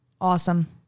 Awesome